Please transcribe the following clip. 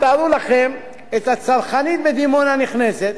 תארו לכם את הצרכנית בדימונה נכנסת,